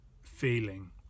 feeling